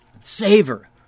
Savor